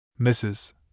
Mrs